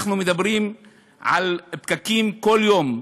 אנחנו מדברים על פקקים כל יום,